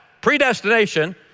predestination